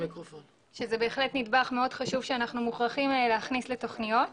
שזה בהחלט נדבך מאוד חשוב שאנחנו מוכרחים להכניס לתכניות,